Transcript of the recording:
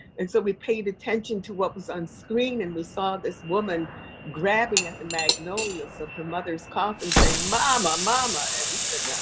and so, we paid attention to what was on screen and we saw this woman grabbing at the magnolias on her mother's coffin, saying mama, mama, and we said, yeah